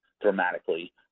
dramatically